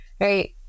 right